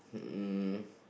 um